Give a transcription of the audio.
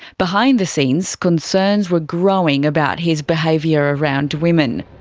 behind the scenes concerns were growing about his behaviour around women.